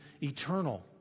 eternal